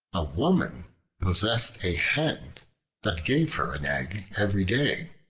a woman possessed a hen that gave her an egg every day.